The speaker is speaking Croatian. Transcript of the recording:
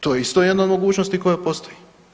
To je isto jedna od mogućnosti koje postoji.